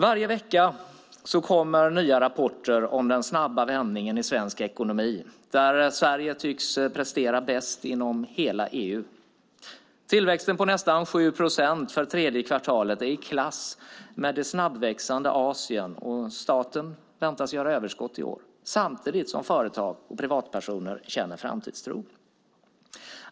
Varje vecka kommer nya rapporter om den snabba vändningen i svensk ekonomi, där Sverige tycks prestera bäst inom hela EU. Tillväxten på nästan 7 procent för tredje kvartalet är i klass med det snabbväxande Asien. Staten väntas göra överskott i år samtidigt som företag och privatpersoner känner framtidstro.